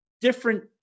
Different